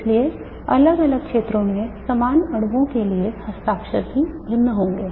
इसलिए अलग अलग क्षेत्रों में समान अणुओं के लिए हस्ताक्षर भी भिन्न होते हैं